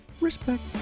Respect